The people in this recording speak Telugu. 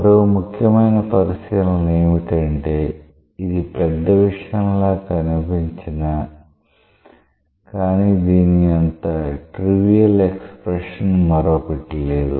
మరో ముఖ్యమైన పరిశీలన ఏమిటంటే ఇది పెద్ద విషయం లా కనిపించినా కానీ దీని అంత ట్రివిఎల్ ఎక్స్ప్రెషన్ మరొకటి లేదు